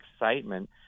excitement